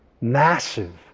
massive